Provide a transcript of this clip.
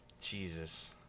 jesus